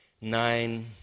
nine